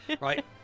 Right